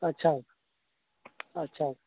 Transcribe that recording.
اچھا اچھا